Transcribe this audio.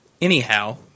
Anyhow